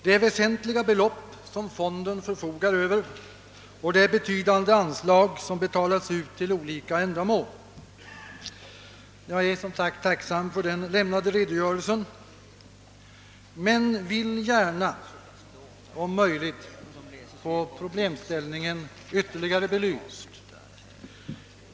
Det är väsentliga belopp som fonden förfogar över, och det är betydande anslag som betalas ut till olika ändamål. Jag är som sagt tacksam för den lämnade redogörelsen men vill gärna om möjligt få problemställningen ytterligare belyst.